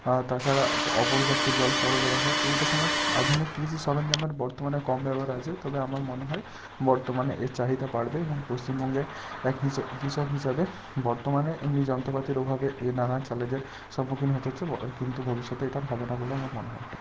আর তাছাড়া অপর্যাপ্ত জল সরবরাহ এই রকমের আধুনিক কৃষি সরঞ্জামের বর্তমানে কম ব্যবহার আছে তবে আমার মনে হয় বর্তমানে এর চাহিদা বাড়বে এবং পশ্চিমবঙ্গে এক কৃষক কৃষক হিসাবে বর্তমানে এমনি যন্ত্রপাতির অভাবে এর নানান চ্যালেঞ্জের সম্মুখীন হতে হচ্ছে ব কিন্তু ভবিষ্যতে এটা আর হবে না বলে আমার মনে হয়